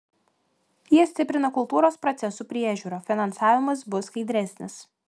jie stiprina kultūros procesų priežiūrą finansavimas bus skaidresnis